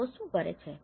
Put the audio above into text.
તો તેઓ શું કરે છે